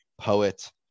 poet